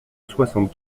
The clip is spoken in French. soixante